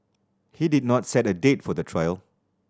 he did not set a date for the trial